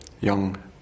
young